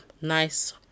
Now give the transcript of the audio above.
nice